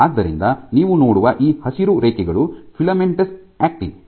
ಆದ್ದರಿಂದ ನೀವು ನೋಡುವ ಈ ಹಸಿರು ರೇಖೆಗಳು ಫಿಲಾಮೆಂಟಸ್ ಆಕ್ಟಿನ್